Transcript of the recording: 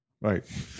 Right